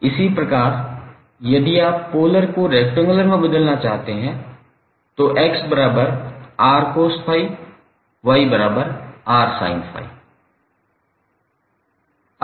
इसी प्रकार यदि आप पोलर को रेक्टेंगुलर में बदलना चाहते हैं तो 𝑥𝑟cos∅𝑦𝑟sin∅